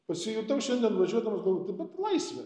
pasijutau šiandien važiuodamas galvo taip pat laisvė